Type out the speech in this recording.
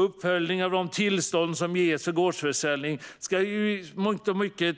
Uppföljning av de tillstånd som ges för gårdsförsäljning ska i mångt och mycket